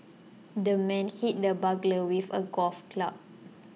the man hit the burglar with a golf club